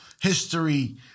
history